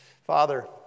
Father